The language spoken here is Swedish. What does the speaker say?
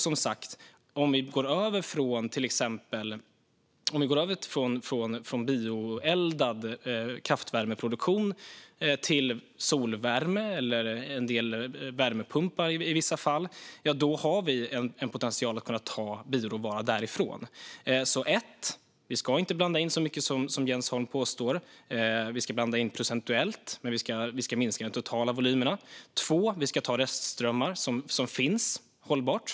Som sagt: Om vi går över från till exempel bioeldad kraftvärmeproduktion till solvärme eller en del värmepumpar, i vissa fall, har vi potential att ta bioråvara därifrån. För det första: Vi ska inte blanda in så mycket som Jens Holm påstår. Vi ska blanda in procentuellt, men vi ska minska de totala volymerna. För det andra: Vi ska ta restströmmar som finns - hållbart.